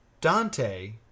Dante